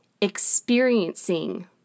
experiencing